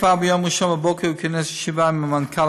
כבר ביום ראשון בבוקר הוא כינס ישיבה עם מנכ"ל